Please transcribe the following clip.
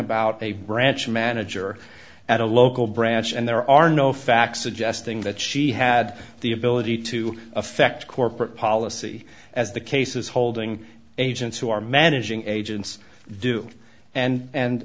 about a branch manager at a local branch and there are no facts suggesting that she had the ability to affect corporate policy as the cases holding agents who are managing agents do and